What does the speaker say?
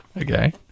Okay